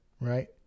right